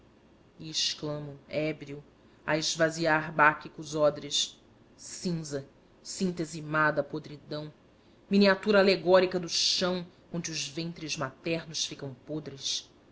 e exclamo ébrio a esvaziar báquicos odres cinza síntese má da podridão miniatura alegórica do chão onde os ventres maternos ficam podres